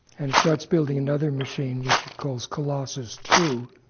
and it starts building another machine, which it calls colossus two.